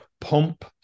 pump